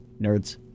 nerds